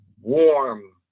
warm